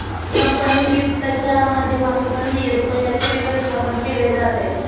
company वित्तच्या माध्यमातूनही रुपयाचे व्यवस्थापन केले जाते